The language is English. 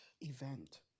event